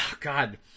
God